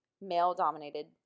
male-dominated